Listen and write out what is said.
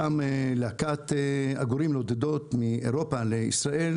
שם להקת עגורים נודדות מאירופה לישראל,